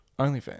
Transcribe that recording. OnlyFans